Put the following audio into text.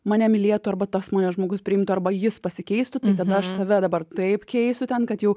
mane mylėtų arba tas mane žmogus priimtų arba jis pasikeistų bet aš save dabar taip keisiu ten kad jau